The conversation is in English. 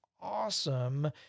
awesome